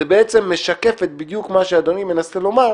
זה בעצם משקף בדיוק את מה שאדוני מנסה לומר,